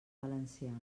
valenciana